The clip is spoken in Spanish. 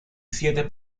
siete